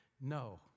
No